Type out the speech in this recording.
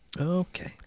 Okay